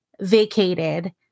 Vacated